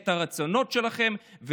את הרצונות שלכם,